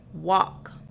walk